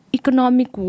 economic